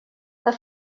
her